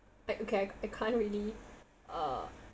like okay I can't really uh